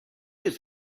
his